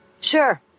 Sure